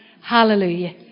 Hallelujah